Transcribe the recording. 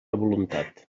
voluntat